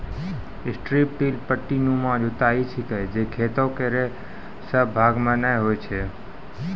strip till पट्टीनुमा जुताई छिकै जे खेतो केरो सब भाग म नै होय छै